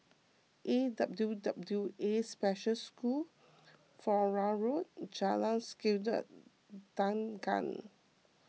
A W W A Special School Flora Road Jalan Sikudangan